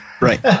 Right